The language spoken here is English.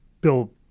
bill